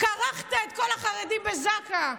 כרכת את כל החרדים בזק"א.